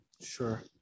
Sure